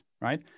right